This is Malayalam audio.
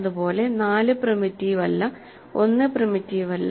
അതുപോലെ 4 പ്രിമിറ്റീവ് അല്ല 1 പ്രിമിറ്റീവ് അല്ല